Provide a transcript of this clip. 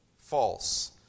false